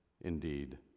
indeed